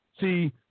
See